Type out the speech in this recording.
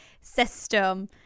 system